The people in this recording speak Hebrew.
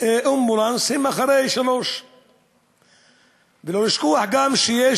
אמבולנס הם אחרי 15:00. לא לשכוח גם שיש